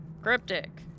Cryptic